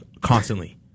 constantly